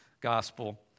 Gospel